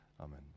Amen